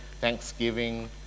thanksgiving